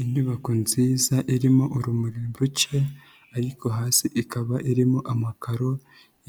Inyubako nziza irimo urumuri rucye ariko hasi ikaba irimo amakaro